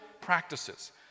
practices